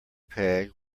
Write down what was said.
peg